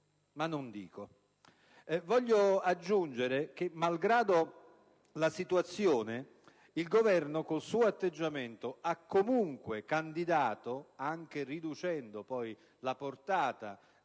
ma non dico.